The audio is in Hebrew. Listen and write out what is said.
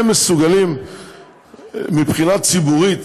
הם מסוגלים מבחינה ציבורית